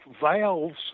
valves